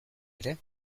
ere